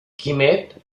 quimet